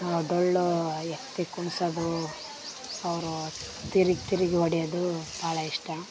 ಡೊಳ್ಳು ಎತ್ತಿ ಕುಣಿಸೋದು ಅವರು ತಿರ್ಗಿ ತಿರ್ಗಿ ಹೊಡೆಯೋದು ಭಾಳ ಇಷ್ಟ